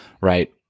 right